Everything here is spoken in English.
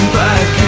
back